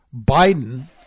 Biden